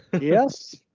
Yes